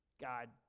God